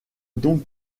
donc